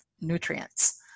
nutrients